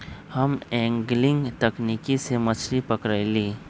हम एंगलिंग तकनिक से मछरी पकरईली